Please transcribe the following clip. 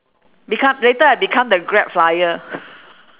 become later I become the grab flyer